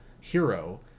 hero